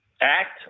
act